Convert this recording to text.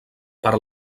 per